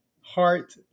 heart